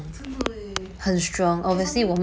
真的 eh